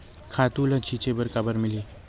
खातु ल छिंचे बर काबर मिलही?